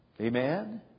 Amen